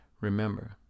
Remember